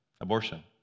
abortion